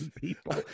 people